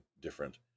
different